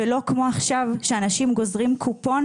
ולא כמו עכשיו שאנשים גוזרים קופון